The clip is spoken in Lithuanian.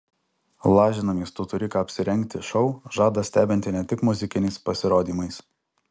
lažinamės tu turi ką apsirengti šou žada stebinti ne tik muzikiniais pasirodymais